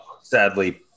sadly